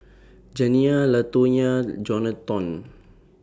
Janiyah Latonya Jonathon